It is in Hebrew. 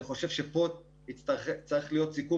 אני חושב שפה צריך להיות סיכום,